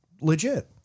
legit